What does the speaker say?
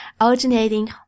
Alternating